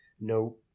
no